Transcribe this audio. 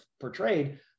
portrayed